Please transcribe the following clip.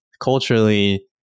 culturally